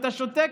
אתה שותק?